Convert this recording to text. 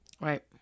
right